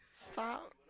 Stop